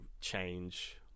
change